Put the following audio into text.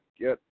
get